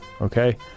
okay